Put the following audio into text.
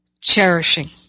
cherishing